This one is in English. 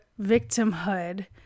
victimhood